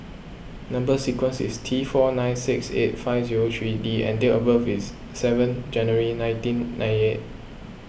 Number Sequence is T four nine six eight five zero three D and date of birth is seven January nineteen ninety eight